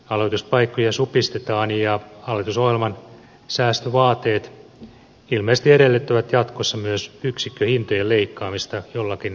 aloituspaikkoja supistetaan ja hallitusohjelman säästövaateet ilmeisesti edellyttävät jatkossa myös yksikköhintojen leikkaamista jollakin prosenttimäärällä